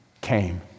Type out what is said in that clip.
came